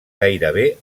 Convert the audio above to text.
gairebé